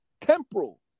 temporal